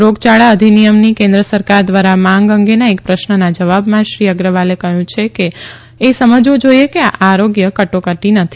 રોગયાળા અધિનિયમની કેન્દ્ર સરકાર ધ્વારા માંગ અંગેના એક પ્રશ્નના જવાબમાં શ્રી અગ્રવાલે કહયું કે એ સમજવું જોઇએ કે આ આરોગ્ય કટોકટી નથી